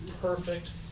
perfect